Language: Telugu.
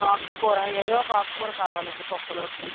ఆకుకూరా ఏదో ఒక ఆకుకూర కావాలండి పప్పులోకి